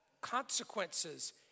consequences